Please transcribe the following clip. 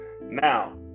Now